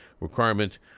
requirement